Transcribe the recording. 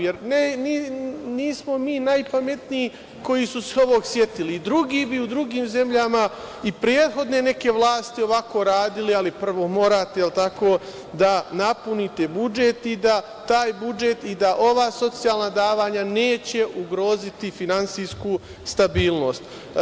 Jer, nismo mi najpametniji koji smo se ovog setili, i drugi bi u drugim zemljama i prethodne neke vlasti ovako radile, ali prvo morate da napunite budžet i da ova socijalna davanja neće ugroziti finansijsku stabilnost.